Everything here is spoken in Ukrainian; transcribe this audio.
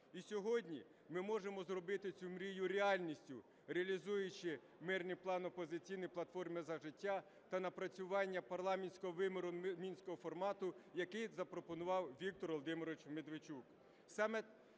І сьогодні ми можемо зробити цю мрію реальністю, реалізуючи мирний план "Опозиційної платформи – За життя" та напрацювання парламентського виміру Мінського формату, які запропонував Віктор Володимирович Медведчук,